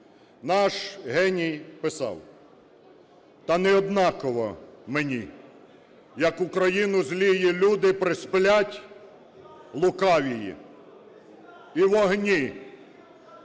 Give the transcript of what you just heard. Наш геній писав: "Та не однаково мені, як Україну злії люде присплять, лукаві, і в огні